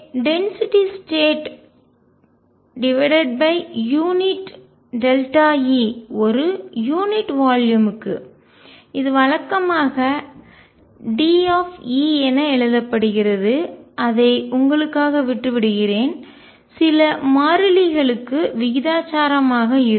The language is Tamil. எனவே டென்சிட்டி ஸ்டேட் யூனிட் E ஒரு யூனிட் வால்யூம் க்கு இது வழக்கமாக Dϵ என எழுதப்படுகிறது அதை உங்களுக்காக விட்டு விடுகிறேன் சில மாறிலிகளுக்கு விகிதாசாரமாக இருக்கும்